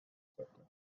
accepted